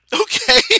Okay